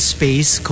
Space